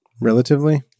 Relatively